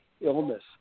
illness